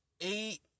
eight